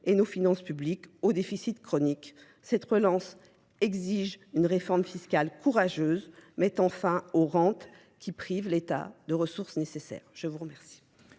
et nos finances publiques au déficit chronique. Cette relance exige une réforme fiscale courageuse, mettant fin aux rentes qui privent l'état de ressources nécessaires. Je vous remercie.